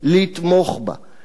לתמוך בה,